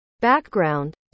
background